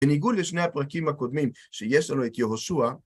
בניגוד לשני הפרקים הקודמים שיש לנו את יהושוע,